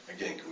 again